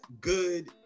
good